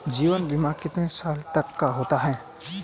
जीवन बीमा कितने साल तक का होता है?